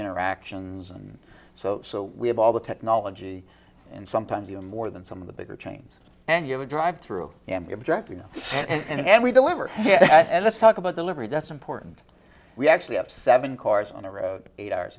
interactions and so so we have all the technology and sometimes even more than some of the bigger chains and you would drive through and be objective and we deliver here let's talk about delivery that's important we actually have seven cars on the road eight hours